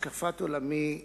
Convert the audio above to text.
השקפת עולמי היא